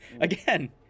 again